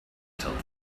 tilted